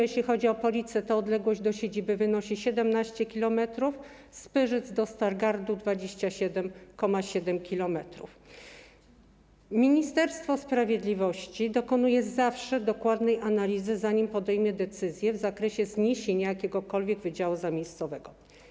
Jeśli chodzi o Police, to odległość do siedziby wynosi 17 km, a z Pyrzyc do Stargardu 27,7 km. Ministerstwo Sprawiedliwości dokonuje zawsze dokładnej analizy, zanim podejmie decyzję w zakresie zniesienia jakiegokolwiek wydziału zamiejscowego.